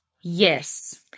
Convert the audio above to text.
Yes